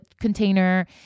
container